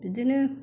बिदिनो